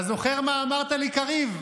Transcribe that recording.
אתה זוכר מה אמרת לי, קריב?